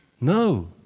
No